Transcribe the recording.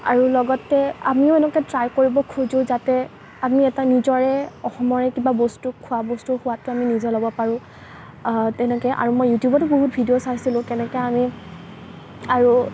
আৰু লগতে আমিও এনেকে ট্ৰাই কৰিব খোজোঁ যাতে আমি এটা নিজৰে অসমৰে কিবা বস্তু খোৱা বস্তু সোৱাদটো আমি নিজে ল'ব পাৰোঁ তেনেকৈ আৰু মই ইউটিউবটো বহুত ভিডিঅ' চাইছিলোঁ কেনেকৈ আমি আৰু